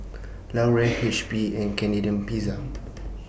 Laurier H P and Canadian Pizza